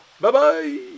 Bye-bye